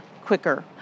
quicker